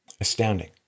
Astounding